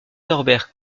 norbert